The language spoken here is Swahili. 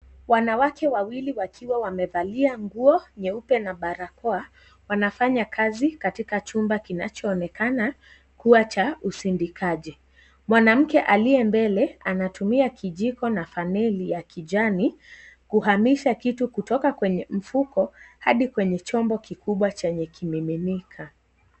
Wanawake wawili wakiwa wamevalia nguo nyeupe na barakoa wanafanya kazi katika chumba kinachoonekana kuwa cha ushindikaji. Mwanamke aliye mbele anatumia kijiko na faneli ya kijani kuhamisha kitu kutoka kwenye mfuko hadi kwenye chombo kikubwa chenye kimeminika.